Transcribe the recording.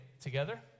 together